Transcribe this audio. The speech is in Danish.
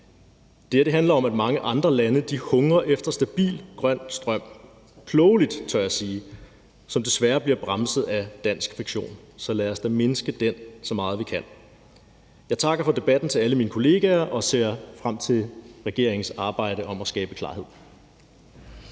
her handler om, at mange andre lande hungrer efter stabil grøn strøm, og det er klogeligt, tør jeg sige, men det bliver desværre bremset af dansk fiktion. Så lad os da mindske den, så meget vi kan. Jeg takker for debatten til alle mine kolleger og ser frem til regeringens arbejde for at skabe klarhed.